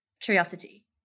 curiosity